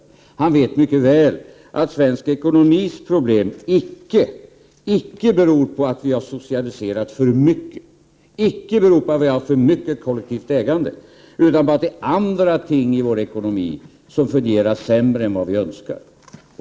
Gunnar Hökmark vet mycket väl att den svenska ekonomins problem icke beror på att vi har socialiserat för mycket och icke beror på att vi har för mycket kollektivt ägande utan på att andra ting i vår ekonomi fungerar sämre än vad vi önskar.